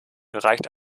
reicht